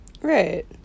right